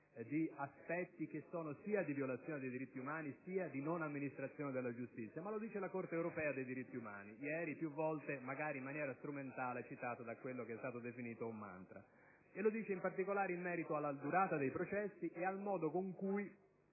di aspetti relativi sia alla violazione dei diritti umani sia alla mancata amministrazione della giustizia, ma la Corte europea dei diritti umani, ieri più volte citata, magari in maniera strumentale, da quello che è stato definito un *mantra*: e lo dice in particolare in merito alla durata dei processi e al modo in cui